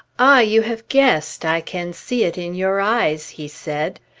ah, you have guessed! i can see it in your eyes! he said.